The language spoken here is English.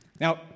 Now